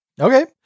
Okay